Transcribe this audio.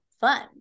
fun